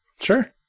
Sure